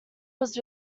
was